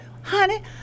honey